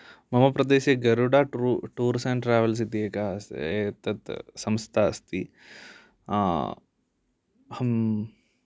मम प्रदेशे Garuda true tours and travels इति एका एतत् संस्था अस्ति अहं